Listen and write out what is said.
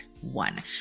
one